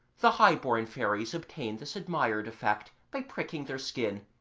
the high-born fairies obtain this admired effect by pricking their skin,